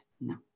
No